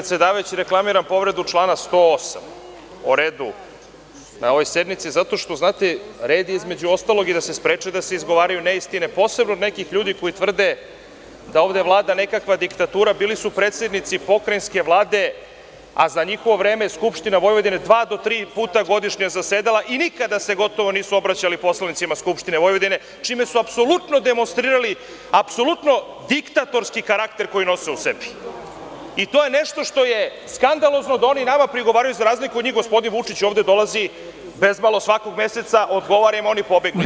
Poštovani predsedavajući, reklamiram povredu člana 108. – o redu na ovoj sednici, zato što je, znate, red je i između ostalog i da se spreči da se izgovaraju neistine posebno od nekih ljudi koji tvrde da ovde vlada nekakva diktatura, a bili su predsednici pokrajinske Vlade, a za njihovo vreme Skupština Vojvodine je 2-3 puta godišnje zasedala i nikada se gotovo nisu obraćali poslanicima Skupštine Vojvodine, čime su apsolutno demonstrirali diktatorski karakter koji nose u sebi i to je nešto što je skandalozno da oni nama prigovaraju, gde za razliku gospodin Vučić ovde dolazi bezmalo svakog meseca, odgovara im, a oni pobegnu.